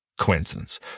coincidence